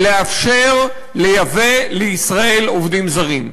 לאפשר לייבא לישראל עובדים זרים.